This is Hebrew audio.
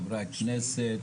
חברי הכנסת,